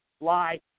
Lie